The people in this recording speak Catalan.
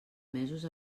mesos